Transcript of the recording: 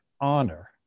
honor